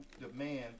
demand